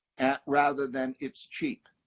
rather than it's cheap.